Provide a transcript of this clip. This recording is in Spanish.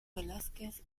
velázquez